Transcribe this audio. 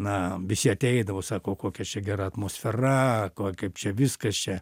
na visi ateidavo sako kokia čia gera atmosfera kaip čia viskas čia